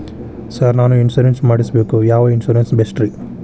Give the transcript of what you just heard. Sir ನಾನು insurance ಮಾಡಿಸಬೇಕು ಯಾವ ಇನ್ಶೂರೆನ್ಸ್ ಬೆಸ್ಟ್ರಿ?